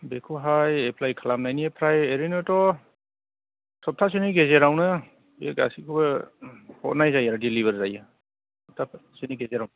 बेखौहाय एफ्लाय खालामनायनिफ्राय ओरिनोथ' सबथासेनि गेजेरावनो बे गासिखौबो हरनाय जायो आरो डेलिभार जायो सबथा खनसेनि गेजेराव